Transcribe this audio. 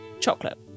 chocolate